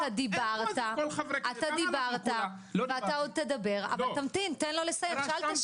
אתה דיברת ואתה עוד תדבר, חבר הכנסת יברקן.